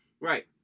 Right